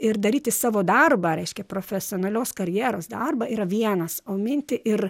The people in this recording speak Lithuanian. ir daryti savo darbą reiškia profesionalios karjeros darbą yra vienas o minti ir